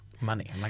money